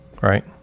right